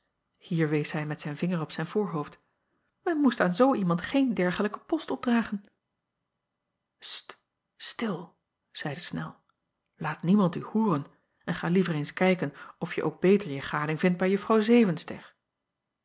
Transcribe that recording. hier wees hij met zijn vinger op zijn voorhoofd men moest aan zoo iemand geen dergelijken post opdragen t til zeide nel laat niemand u hooren en ga liever eens kijken of je ook beter je gading vindt bij uffrouw